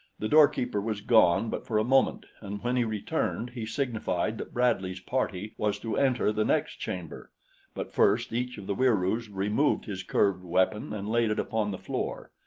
the doorkeeper was gone but for a moment, and when he returned, he signified that bradley's party was to enter the next chamber but first each of the wieroos removed his curved weapon and laid it upon the floor.